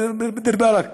דיר באלכ,